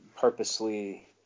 purposely